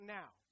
now